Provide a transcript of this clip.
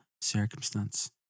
circumstance